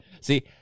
See